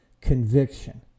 conviction